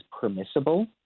permissible